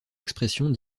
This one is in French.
expressions